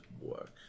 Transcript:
work